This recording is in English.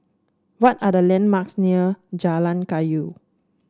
what are the landmarks near Jalan Kayu